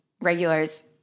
regulars